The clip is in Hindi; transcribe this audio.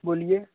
बोलिए